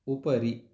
उपरि